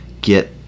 get